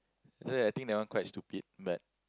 so I think that one quite stupid but